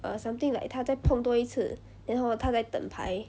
or something like 他在碰多一次 then hor 他在等牌